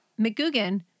McGugan